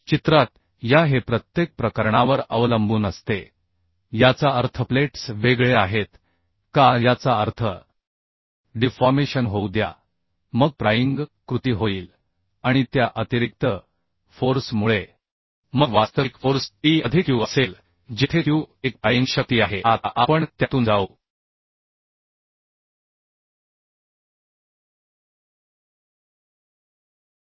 चित्रात या हे प्रत्येक प्रकरणावर अवलंबून असते याचा अर्थ प्लेट्स वेगळे आहेत का याचा अर्थ डिफॉर्मेशन होऊ द्या मग प्राईंग कृती होईल आणि त्या अतिरिक्त फोर्स मुळे ज्याला प्रायिंग फोर्स म्हणतात त्याची गणना करावी लागते म्हणून आपण ज्या बोल्टचे मूल्य घेऊ असे गृहीत धरतो ते त्याचे Qचे काही अतिरिक्त मूल्य असेल म्हणजे Te